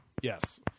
Yes